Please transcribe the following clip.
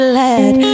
let